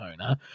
owner